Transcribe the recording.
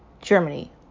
Germany